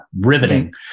riveting